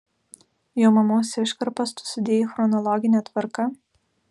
jo mamos iškarpas tu sudėjai chronologine tvarka